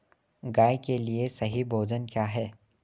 गाय के लिए सही भोजन क्या है?